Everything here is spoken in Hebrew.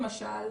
למשל,